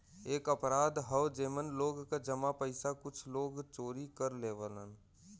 एक अपराध हौ जेमन लोग क जमा पइसा कुछ लोग चोरी कर लेवलन